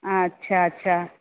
अच्छा अच्छा